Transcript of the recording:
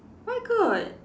where got